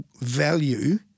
value